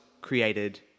created